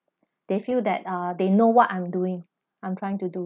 they feel that uh they know what I'm doing I'm trying to do